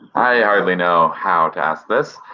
i hardly know how to ask this,